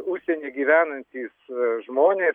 užsieny gyvenantys žmonės